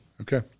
Okay